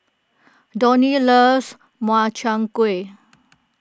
Donny loves Makchang Gui